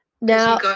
Now